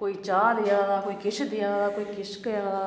कोई चाह् देआ दा कोई किश देआ दा कोई किश देआ दा